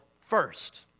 first